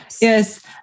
Yes